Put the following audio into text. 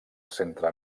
centre